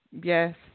Yes